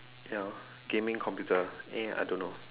ya gaming computer eh I don't know